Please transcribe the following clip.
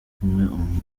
kumwe